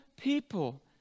people